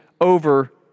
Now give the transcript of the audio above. over